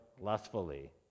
lustfully